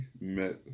met